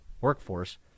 workforce